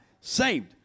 Saved